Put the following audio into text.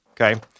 okay